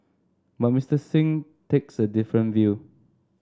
but Mister Singh takes a different view